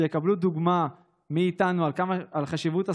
שיקבלו דוגמה מאיתנו על חשיבות הספורט,